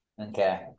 Okay